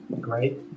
Great